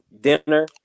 dinner